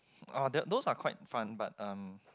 uh those those are quite fun but um